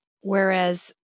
whereas